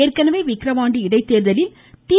ஏற்கனவே விக்ரவாண்டி இடைத்தேர்தலில் தி